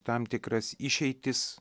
tam tikras išeitis